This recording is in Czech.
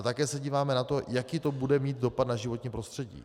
Také se díváme na to, jaký to bude mít dopad na životní prostředí.